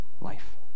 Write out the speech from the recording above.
life